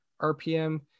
RPM